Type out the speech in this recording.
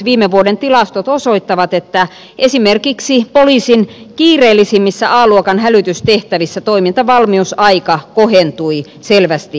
viime vuoden tilastot osoittavat että esimerkiksi poliisin kiireellisimmissä a luokan hälytystehtävissä toimintavalmiusaika kohentui selvästi edellisvuodesta